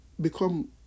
become